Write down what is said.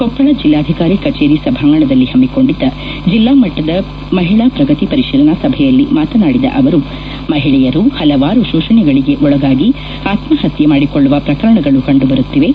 ಕೊಪ್ಪಳ ಜಿಲ್ಲಾಧಿಕಾರಿ ಕಚೇರಿ ಸಭಾಂಗಣದಲ್ಲಿ ಹಮ್ಮಿಕೊಂಡಿದ್ದ ಜಿಲ್ಲಾ ಮಟ್ಟದ ಮಹಿಳಾ ಪ್ರಗತಿ ಪರಿಶೀಲನಾ ಸಭೆಯಲ್ಲಿ ಮಾತನಾಡಿದ ಅವರು ಮಹಿಳೆಯರು ಹಲವಾರು ಶೋಷಣೆಗಳಿಗೆ ಒಳಗಾಗಿ ಆತ್ಮಹತ್ಯೆ ಮಾಡಿಕೊಳ್ಳುವ ಪ್ರಕರಣಗಳು ಕಂಡುಬರುತ್ತಿವೆ